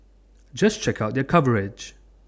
just check out their coverage